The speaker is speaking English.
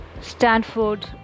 Stanford